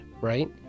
right